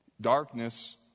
Darkness